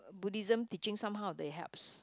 Buddhism teaching somehow they helps